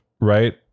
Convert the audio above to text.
Right